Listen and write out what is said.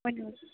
ؤنِو حظ